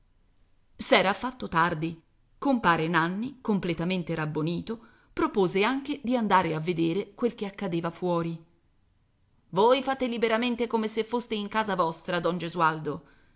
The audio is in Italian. sapete s'era fatto tardi compare nanni completamente rabbonito propose anche di andare a vedere quel che accadeva fuori voi fate liberamente come se foste in casa vostra don gesualdo